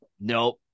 Nope